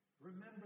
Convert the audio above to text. Remember